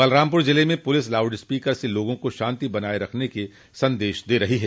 बलरामपुर जिले में police loudspeaker से लोगों को शांति बनाए रखने के संदेश दे रही है